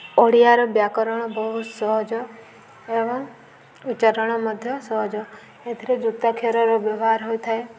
ଓଡ଼ିଆର ବ୍ୟାକରଣ ବହୁତ ସହଜ ଏବଂ ଉଚ୍ଚାରଣ ମଧ୍ୟ ସହଜ ଏଥିରେ ଯୁକ୍ତାକ୍ଷରର ବ୍ୟବହାର ହୋଇଥାଏ